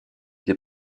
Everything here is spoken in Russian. для